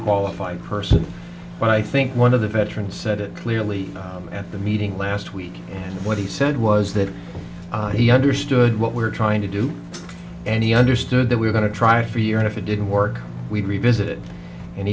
qualified person but i think one of the veteran said it clearly at the meeting last week and what he said was that he understood what we're trying to do any understood that we're going to try for you and if it didn't work we revisit it and